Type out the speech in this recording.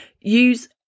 use